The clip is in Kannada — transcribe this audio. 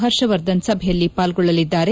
ಹರ್ಷವರ್ಧನ್ ಸಭೆಯಲ್ಲಿ ಪಾಲ್ಗೊಳ್ಳಲಿದ್ದಾರೆ